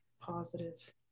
positive